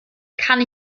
kann